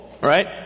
Right